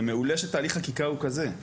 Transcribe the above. ומעולה שתהליך חקיקה הוא כזה,